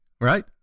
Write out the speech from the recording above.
right